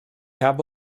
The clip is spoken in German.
habe